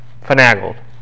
finagled